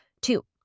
Two